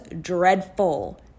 dreadful